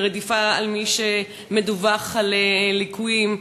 רדיפת מי שמדווח על ליקויים.